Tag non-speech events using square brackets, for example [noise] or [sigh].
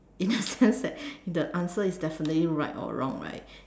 it's just that [laughs] the answer is definitely right or wrong right